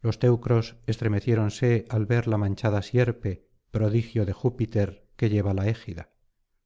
los teucros estremeciéronse al ver la manchada sierpe prodigio de júpiter que lleva la égida